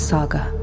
Saga